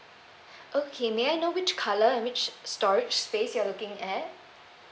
okay may I know which colour and which storage space you are looking at